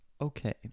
Okay